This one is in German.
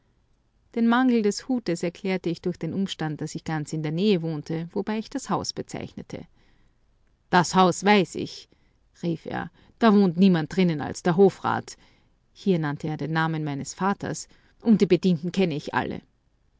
den mangel des hutes erklärte ich durch den umstand daß ich ganz in der nähe wohnte wobei ich das haus bezeichnete das haus weiß ich rief er da wohnt niemand drinnen als der hofrat hier nannte er den namen meines vaters und die bedienten kenne ich alle